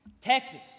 Texas